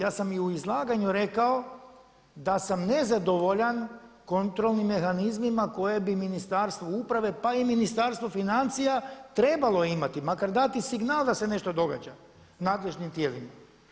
Ja sam i u izlaganju rekao da sam nezadovoljan kontrolnim mehanizmima koje bi Ministarstvo uprave pa i Ministarstvo financija trebalo imati, makar dati signal da se nešto događa nadležnim tijelima.